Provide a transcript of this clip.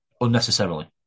unnecessarily